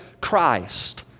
Christ